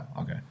okay